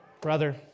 brother